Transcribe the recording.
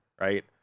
right